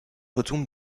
retombe